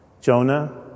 Jonah